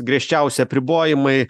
griežčiausi apribojimai